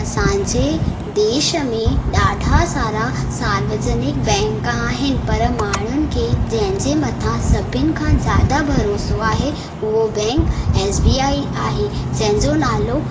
असांजे देश में ॾाढा सारा सार्वजनिक बैंक आहिनि पर माण्हुनि खे जंहिंजे मथां सभिनि खां ज्यादा भरोसो आहे उहो बैंक एस बी आई आहे जंहिंजो नालो